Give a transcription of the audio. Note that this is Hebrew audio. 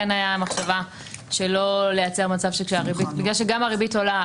כן הייתה מחשבה שכאשר גם הריבית עולה,